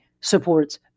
supports